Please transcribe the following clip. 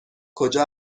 کجا